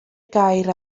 gadair